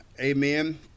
amen